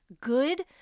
good